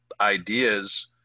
ideas